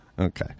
okay